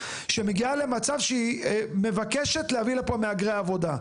שמגיעה למצב שהיא מבקשת להביא לפה מהגרי עבודה,